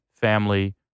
family